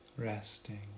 resting